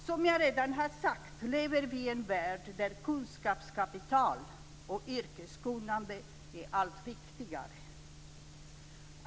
Som jag redan har sagt lever vi i en värld där kunskapskapital och yrkeskunnande blir allt viktigare.